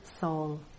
soul